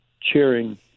cheering